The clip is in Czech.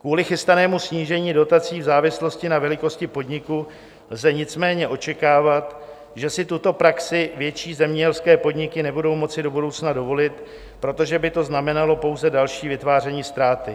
Kvůli chystanému snížení dotací v závislosti na velikosti podniku lze nicméně očekávat, že si tuto praxi větší zemědělské podniky nebudou moci do budoucna dovolit, protože by to znamenalo pouze další vytváření ztráty.